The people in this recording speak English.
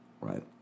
right